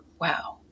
wow